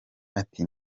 ati